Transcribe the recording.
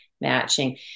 matching